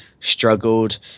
struggled